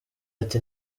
ati